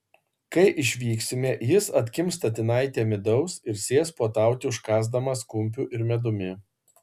kai išvyksime jis atkimš statinaitę midaus ir sės puotauti užkąsdamas kumpiu ir medumi